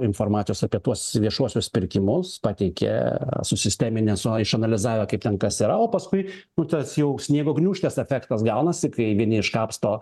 informacijos apie tuos viešuosius pirkimus pateikė susisteminę su išanalizavę kaip ten kas yra o paskui nu tas jau sniego gniūžtės efektas gaunasi kai vieni iškapsto